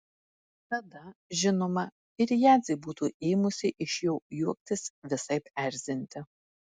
tada žinoma ir jadzė būtų ėmusi iš jo juoktis visaip erzinti